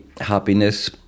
happiness